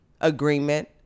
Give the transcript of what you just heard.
agreement